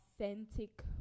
authentic